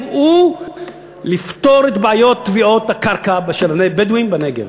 הוא לפתור את בעיות תביעות הקרקע של הבדואים בנגב,